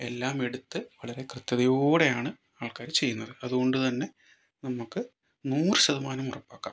എല്ലാം എടുത്ത് വളരെ കൃത്യതയോടെയാണ് ആൾക്കാര് ചെയ്യുന്നത് അതുകൊണ്ട് തന്നെ നമുക്ക് നൂറ് ശതമാനം ഉറപ്പാക്കാം